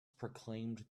proclaimed